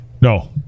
No